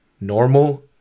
normal